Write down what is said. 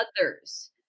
others